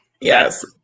Yes